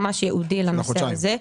ממש ייעודי לנושא הזה.